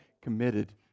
committed